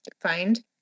find